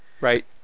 Right